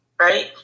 right